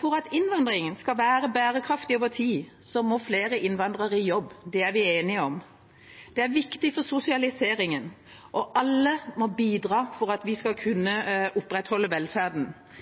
For at innvandringen skal være bærekraftig over tid, må flere innvandrere i jobb. Det er vi enige om. Det er viktig for sosialiseringen. Alle må bidra for at vi skal kunne opprettholde velferden.